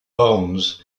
bones